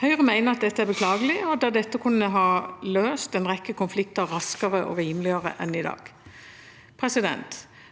Høyre mener dette er beklagelig, da dette kunne ha løst en rekke konflikter raskere og rimeligere enn i dag.